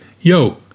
yo